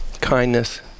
kindness